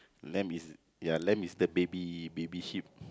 lamb is ya lamb is the baby baby sheep